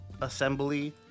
Assembly